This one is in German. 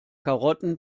karotten